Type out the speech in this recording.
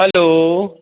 hello